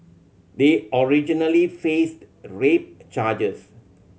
they originally faced rape charges